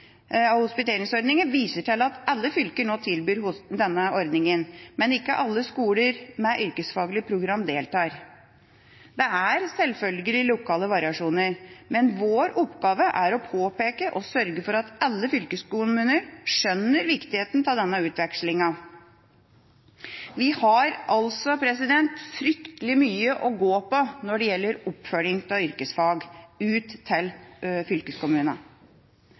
viser at alle fylker nå tilbyr denne ordninga, men ikke alle skoler med yrkesfaglige program deltar. Det er selvfølgelig lokale variasjoner, men vår oppgave er å påpeke og sørge for at alle fylkeskommuner skjønner viktigheten av denne utvekslinga. Vi har altså fryktelig mye å gå på når det gjelder oppfølging av yrkesfag ut til fylkeskommunene.